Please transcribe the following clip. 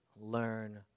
learn